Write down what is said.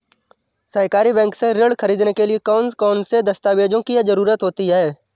सहकारी बैंक से ऋण ख़रीदने के लिए कौन कौन से दस्तावेजों की ज़रुरत होती है?